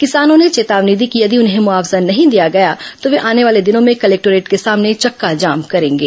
किसानों ने चेतावनी दी कि यदि उनको मुआवजा नहीं दिया गया तो वे आने वाले दिनों में कलेक्टोरेट के सामने चक्काजाम करेंगे